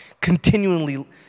continually